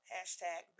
hashtag